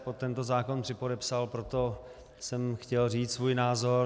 Pod tento zákon jsem se připodepsal, proto jsem chtěl říct svůj názor.